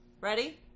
Ready